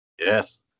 Yes